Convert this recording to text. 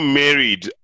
married